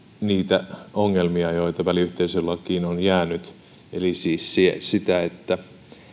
niitä ongelmia joita väliyhteisölakiin on jäänyt eli siis sitä että